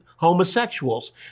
homosexuals